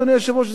אדוני היושב-ראש,